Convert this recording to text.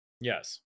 Yes